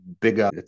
bigger